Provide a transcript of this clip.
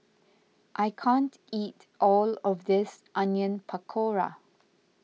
I can't eat all of this Onion Pakora